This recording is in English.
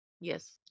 Yes